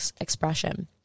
expression